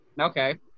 Okay